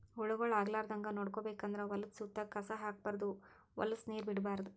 ಹುಳಗೊಳ್ ಆಗಲಾರದಂಗ್ ನೋಡ್ಕೋಬೇಕ್ ಅಂದ್ರ ಹೊಲದ್ದ್ ಸುತ್ತ ಕಸ ಹಾಕ್ಬಾರ್ದ್ ಹೊಲಸ್ ನೀರ್ ಬಿಡ್ಬಾರ್ದ್